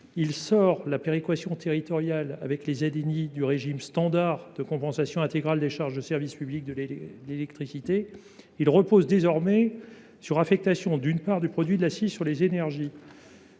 en ZNI. La péréquation territoriale avec les ZNI serait sortie du régime standard de compensation intégrale des charges de service public de l’électricité. Elle reposerait désormais sur l’affectation d’une part du produit de l’accise sur les énergies.